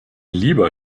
lieber